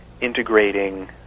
integrating